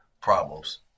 problems